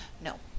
No